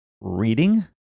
reading